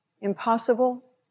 Impossible